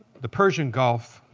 the persian gulf,